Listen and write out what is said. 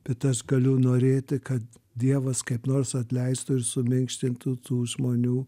bet aš galiu norėti kad dievas kaip nors atleistų ir suminkštintų tų žmonių